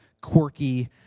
quirky